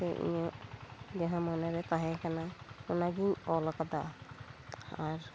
ᱥᱮ ᱤᱧᱟᱹᱜ ᱡᱟᱦᱟᱸ ᱢᱚᱱᱮᱨᱮ ᱛᱟᱦᱮᱸ ᱠᱟᱱᱟ ᱚᱱᱟᱜᱤᱧ ᱚᱞ ᱟᱠᱟᱫᱟ ᱟᱨ